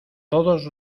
todos